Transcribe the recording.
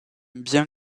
bien